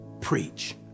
Preach